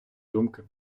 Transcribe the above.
думки